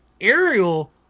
Ariel